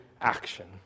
action